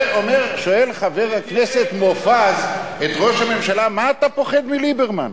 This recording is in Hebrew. שואל חבר הכנסת מופז את ראש הממשלה: מה אתה פוחד מליברמן?